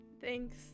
Thanks